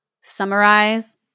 summarize